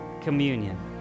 Communion